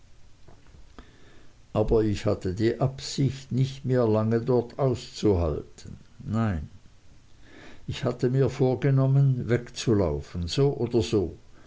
aber ich hatte die absicht nicht mehr lange dort auszuhalten nein ich hatte mir vorgenommen wegzulaufen so oder so